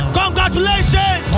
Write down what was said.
congratulations